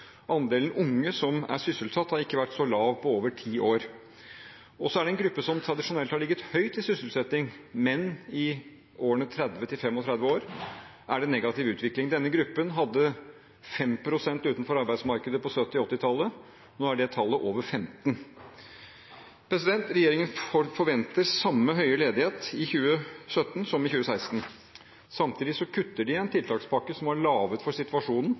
Andelen unge som er sysselsatt, har ikke vært så lav på over ti år. Så er det en gruppe som tradisjonelt har ligget høyt i sysselsetting. Det er menn i 30–35-årene, som er i en negativ utvikling. Denne gruppen hadde 5 pst. utenfor arbeidsmarkedet på 1970–1980-tallet. Nå er det tallet over 15 pst. Regjeringen forventer samme høye ledighet i 2017 som i 2016. Samtidig kutter de en tiltakspakke som var laget for situasjonen,